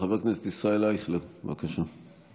חבר הכנסת ישראל אייכלר, בבקשה.